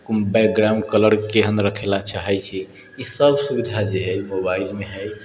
background colour केहन रखे ला चाहै छी ई सब सुविधा जे हइ मोबाइलमे हइ